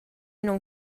non